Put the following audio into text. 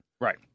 Right